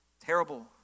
Terrible